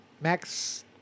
Max